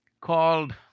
called